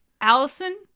Allison